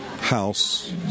house